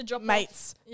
mates